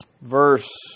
verse